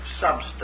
substance